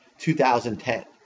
2010